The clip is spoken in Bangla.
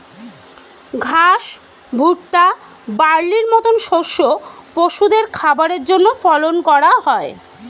ঘাস, ভুট্টা, বার্লির মত শস্য পশুদের খাবারের জন্যে ফলন করা হয়